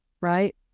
right